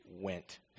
went